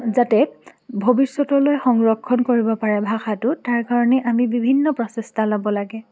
যাতে ভৱিষ্যতলৈ সংৰক্ষণ কৰিব পাৰে ভাষাটো তাৰকাৰণে আমি বিভিন্ন প্ৰচেষ্টা ল'ব লাগে